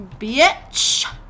bitch